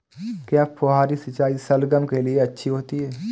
क्या फुहारी सिंचाई शलगम के लिए अच्छी होती है?